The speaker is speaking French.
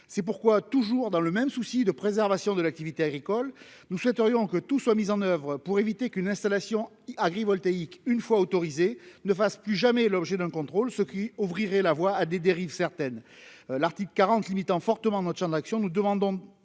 c'est pourquoi toujours dans le même souci de préservation de l'activité agricole, nous souhaiterions que tout soit mis en oeuvre pour éviter qu'une installation agree voltaïque une fois autorisé ne fassent plus jamais l'objet d'un contrôle, ce qui ouvrirait la voie à des dérives certaines l'article 40 limitant fortement notre Champ d'action, nous demandons